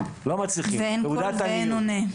לא מצליחים - תעודת עניות.